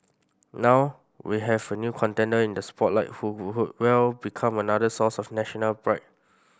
now we have a new contender in the spotlight who well become another source of national pride